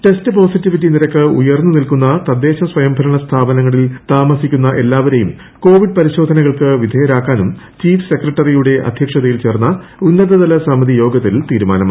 test positivity ഉയർന്ന് നിൽക്കുന്ന തദ്ദേശസ്വയംഭരണസ്ഥാപനങ്ങളിൽ താമസിക്കുന്ന എല്ലാവരേയും കൊവിഡ് പരിശോധനക്ട്ടുക്ക് വിധേയരാക്കാനും ചീഫ്സെക്രട്ടറിയുടെ അധ്യക്ഷതയിൽ ചേർന്ന ഉന്ന്തതലസമിതി യോഗത്തിൽ തീരുമാനമായി